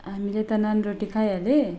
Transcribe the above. हामीले त नान् रोटी खाइहालेँ